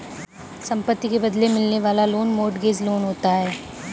संपत्ति के बदले मिलने वाला लोन मोर्टगेज लोन होता है